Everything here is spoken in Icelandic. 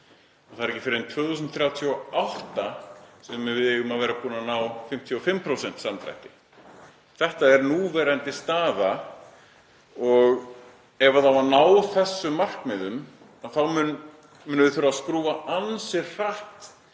Það er ekki fyrr en 2038 sem við eigum að vera búin að ná 55% samdrætti. Þetta er núverandi staða og ef það á að ná þessum markmiðum þá munum við þurfa að skrúfa ansi hratt